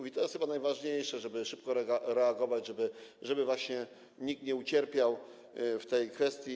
I to jest chyba najważniejsze, żeby szybko reagować, żeby właśnie nikt nie ucierpiał w tej kwestii.